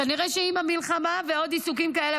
כנראה שעם המלחמה ועוד עיסוקים כאלה